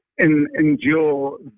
endure